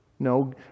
no